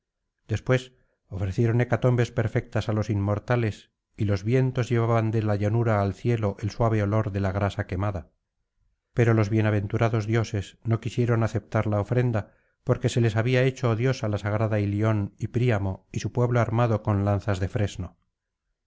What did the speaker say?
después ofrecieron hecatombes perfectas á los inmortales y los vientos llevaban de la llanura al cielo el suave olor de la grasa quemada pero los bienaventurados dioses no quisieron aceptar la ofrenda porque se les había hecho odiosa la sagrada ilion y príamo y su pueblo armado con lanzas de fresno